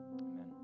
Amen